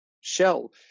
shell